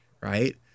right